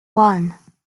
one